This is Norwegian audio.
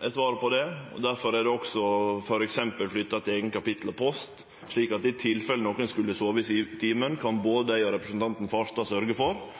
er svaret på det. Difor er det også f.eks. flytta til ein eigen kapittelpost, så i tilfelle nokon skulle sove i timen, kan både eg og representanten Farstad sørgje for